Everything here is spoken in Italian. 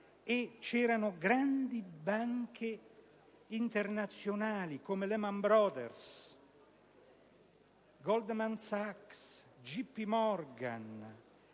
riportate grandi banche internazionali, come Lehman Brothers, Goldman Sachs, JP Morgan,